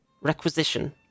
requisition